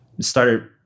started